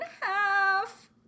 half